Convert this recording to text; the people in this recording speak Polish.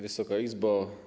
Wysoka Izbo!